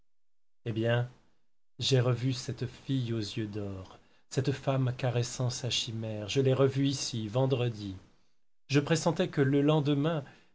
hé bien j'ai revu cette fille aux yeux d'or cette femme caressant sa chimère je l'ai revue ici vendredi je pressentais que le lendemain